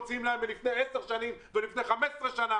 מוציאים להם מלפני 10 שנים ומלפני 15 שנים